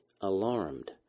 alarmed